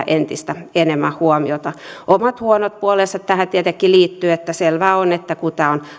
entistä enemmän huomiota omat huonot puolensa tähän tietenkin liittyy selvää on että kun tämä on